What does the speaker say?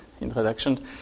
introduction